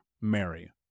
Mary